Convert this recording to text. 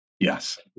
Yes